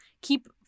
Keep